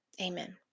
amen